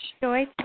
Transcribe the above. Joy